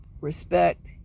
Respect